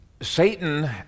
Satan